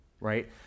right